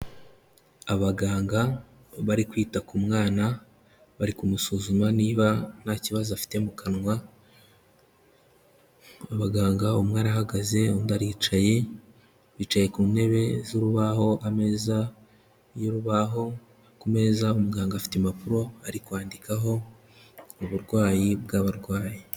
Abaganga bari kwita ku mwana, bari kumusuzuma niba nta kibazo afite mu kanwa, abaganga umwe arahagaze undi aricaye, bicaye ku ntebe z'urubaho ameza y'urubaho, ku meza muganga afite impapuro ari kwandikaho uburwayi bw'abarwayi.